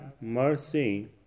mercy